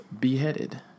beheaded